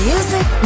Music